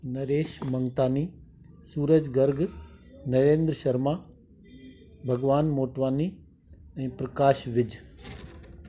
नरेश मंगतानी सुरज गर्ग नरेंद्र शर्मा भगवान मोटवानी ऐं प्रकाश विझ